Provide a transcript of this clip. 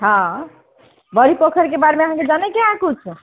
हँ बड़ी पोखरिके बारेमे अहाँकेँ जानैके हय किछु